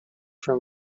from